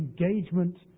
engagement